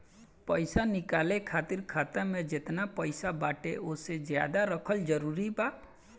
पईसा निकाले खातिर खाता मे जेतना पईसा बाटे ओसे ज्यादा रखल जरूरी बा?